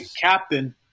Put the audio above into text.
captain